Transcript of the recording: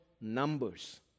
numbers